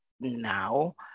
now